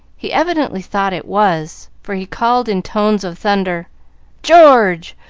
he evidently thought it was, for he called, in tones of thunder george!